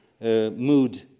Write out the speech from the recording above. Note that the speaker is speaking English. mood